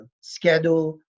Schedule